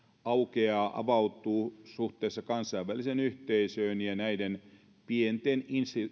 avautuu suhteessa kansainväliseen yhteisöön ja näiden pienten